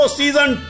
season